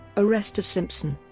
arrest of simpson